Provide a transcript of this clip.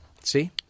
See